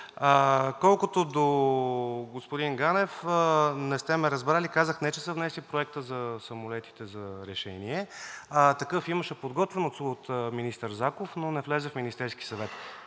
Колкото до господин Ганев, не сте ме разбрали. Казах не че са внесли Проекта за самолетите за решение, а такъв имаше подготвен от министър Заков, но не влезе в Министерския съвет.